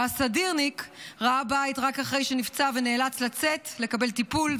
והסדירניק ראה בית רק אחרי שנפצע ונאלץ לצאת לקבל טיפול,